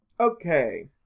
Okay